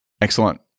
Excellent